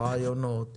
הרעיונות שלו,